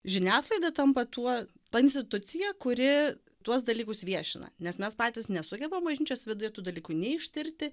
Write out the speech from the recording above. žiniasklaida tampa tuo ta institucija kuri tuos dalykus viešina nes mes patys nesugebam bažnyčios viduje tų dalykų nei ištirti